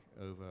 over